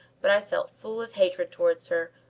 but i felt full of hatred towards her,